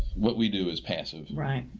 what we do is passive. right.